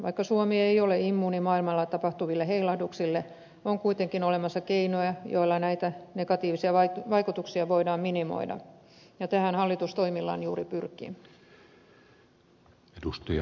vaikka suomi ei ole immuuni maailmalla tapahtuville heilahduksille on kuitenkin olemassa keinoja joilla näitä negatiivisia vaikutuksia voidaan minimoida ja tähän hallitus toimillaan juuri pyrkii